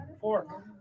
four